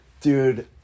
dude